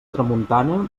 tramuntana